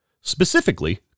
specifically